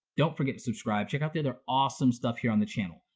don't forget to subscribe. check out the other awesome stuff here on the channel.